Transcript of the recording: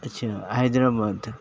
اچّھا حیدرآباد